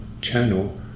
channel